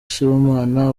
sibomana